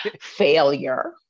failure